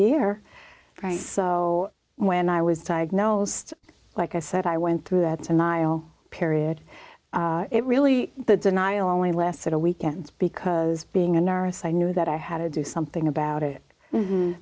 year so when i was diagnosed like i said i went through that period it really the denial only lasted a weekend because being a nurse i knew that i had to do something about it